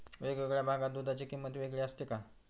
वेगवेगळ्या भागात दूधाची किंमत वेगळी असते का?